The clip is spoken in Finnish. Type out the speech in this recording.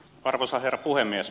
arvoisa herra puhemies